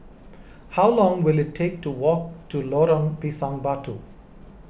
how long will it take to walk to Lorong Pisang Batu